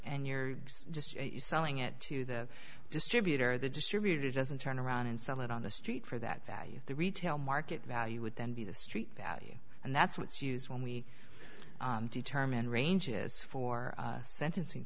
and you're just selling it to the distributor the distributor doesn't turn around and sell it on the street for that value the retail market value would then be the street value and that's what's used when we determine ranges for sentencing